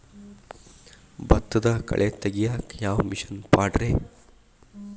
ಭತ್ತದಾಗ ಕಳೆ ತೆಗಿಯಾಕ ಯಾವ ಮಿಷನ್ ಪಾಡ್ರೇ?